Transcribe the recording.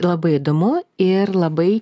labai įdomu ir labai